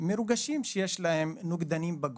מרוגשים שיש להם נוגדנים בגוף,